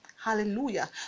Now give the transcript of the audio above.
Hallelujah